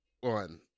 one